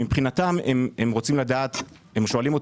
הם שואלים,